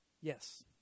Yes